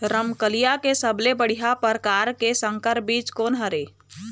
रमकलिया के सबले बढ़िया परकार के संकर बीज कोन हर ये?